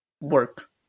work